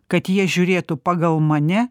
kad jie žiūrėtų pagal mane